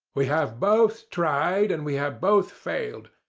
we have both tried, and we have both failed.